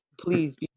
please